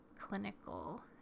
clinical